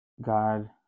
God